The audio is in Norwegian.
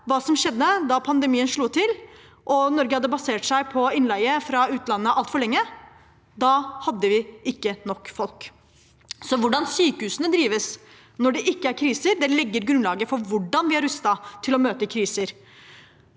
hva som skjedde da pandemien slo til og Norge hadde basert seg på innleie fra utlandet altfor lenge. Da hadde vi ikke nok folk. Hvordan sykehusene drives når det ikke er kriser, legger grunnlaget for hvordan vi er rustet til å møte kriser.